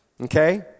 Okay